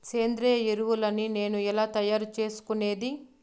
సేంద్రియ ఎరువులని నేను ఎలా తయారు చేసుకునేది?